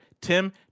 Tim